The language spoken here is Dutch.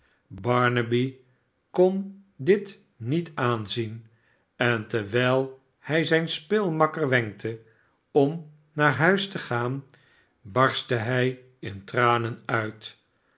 barnaby kon dit niet aanzien en terwijl hij zijn speelmakker wenkte om naar huis te gaan barstte hij in tranen uit